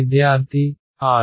విద్యార్థి r